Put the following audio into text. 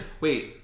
Wait